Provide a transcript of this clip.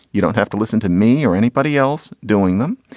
you don't have to listen to me or anybody else doing them.